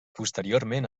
posteriorment